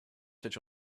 such